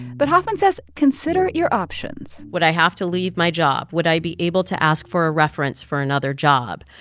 but hoffman says consider your options would i have to leave my job? would i be able to ask for a reference for another job?